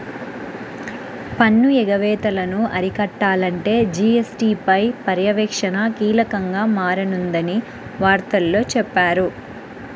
పన్ను ఎగవేతలను అరికట్టాలంటే జీ.ఎస్.టీ పై పర్యవేక్షణ కీలకంగా మారనుందని వార్తల్లో చెప్పారు